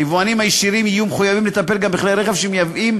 היבואנים הישירים יהיו מחויבים לטפל גם בכלי רכב שמייבאים